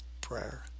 prayer